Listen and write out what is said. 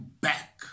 back